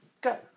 go